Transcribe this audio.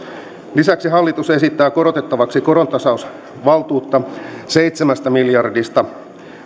lisäksi hallitus esittää korotettavaksi korontasausvaltuutta seitsemästä miljardista